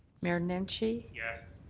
mayor nenshi. yes.